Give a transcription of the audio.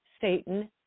satan